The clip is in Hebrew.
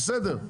בסדר,